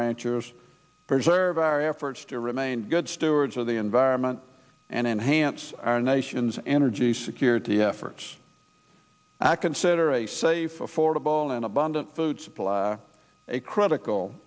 ranchers preserve our efforts to remain good stewards of the environment and enhance our nation's energy security efforts i consider a safe affordable and abundant food supply a critical